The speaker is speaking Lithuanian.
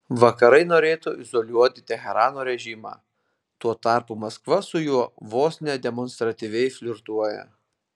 vakarai norėtų izoliuoti teherano režimą tuo tarpu maskva su juo vos ne demonstratyviai flirtuoja